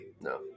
No